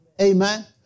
Amen